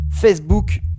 facebook